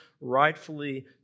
rightfully